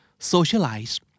Socialize